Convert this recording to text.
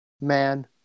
Man